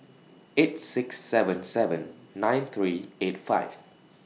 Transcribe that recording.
eight six seven seven nine three eight five